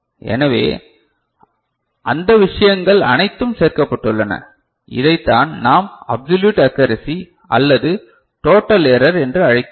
எனவே அந்த விஷயங்கள் அனைத்தும் சேர்க்கப்பட்டுள்ளன இதைத்தான் நாம் அப்சல்யூட் ஆக்குரசி அல்லது டோட்டல் எரர் என்று அழைகிறோம்